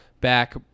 Back